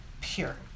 pure